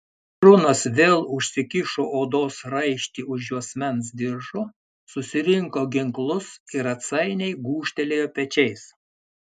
brunas vėl užsikišo odos raištį už juosmens diržo susirinko ginklus ir atsainiai gūžtelėjo pečiais